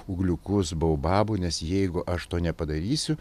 ūgliukus baobabų nes jeigu aš to nepadarysiu